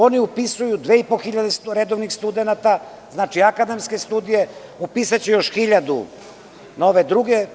Oni upisuju dve i po hiljade redovnih studenata, znači, akademske studije, i upisaće još hiljadu na ove druge.